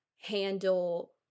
handle